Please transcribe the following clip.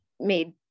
made